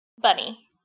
bunny